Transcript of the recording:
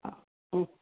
ஆ ம்